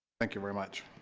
thank you very much